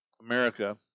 America